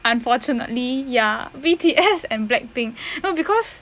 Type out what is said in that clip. unfortunately ya B_T_S and black pink no because